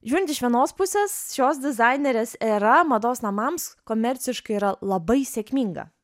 žiūrint iš vienos pusės šios dizainerės era mados namams komerciškai yra labai sėkminga